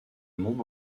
monde